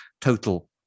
total